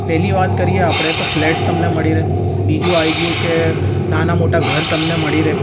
પહેલી વાત કરીએ આપણે તો ફ્લેટ તમને મળી રહે બીજું આવી ગયું નાનાં મોટાં ઘર તમને મળી રહે